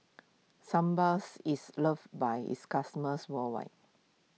is loved by its customers worldwide